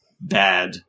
bad